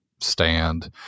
stand